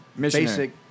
basic